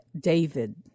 David